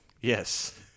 yes